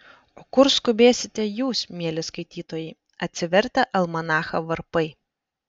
o kur skubėsite jūs mieli skaitytojai atsivertę almanachą varpai